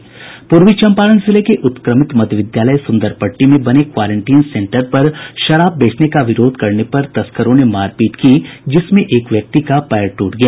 पूर्वी चंपारण जिले के उत्क्रमित मध्य विद्यालय सुंदरपट्टी में बने क्वारेंटीन सेंटर पर शराब बेचने का विरोध करने पर तस्करों ने मारपीट की जिसमें एक व्यक्ति का पैर ट्रट गया